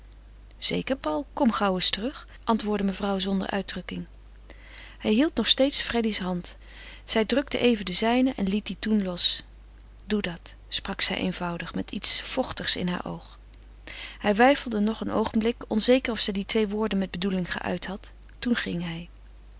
zeker paul kom gauw eens terug antwoordde mevrouw zonder uitdrukking hij hield nog steeds freddy's hand zij drukte even de zijne en liet die toen los doe dat sprak zij eenvoudig met iets vochtigs in haar oog hij wijfelde nog een oogenblik onzeker of zij die twee woorden met bedoeling geuit had toen ging hij